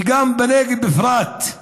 ובנגב בפרט.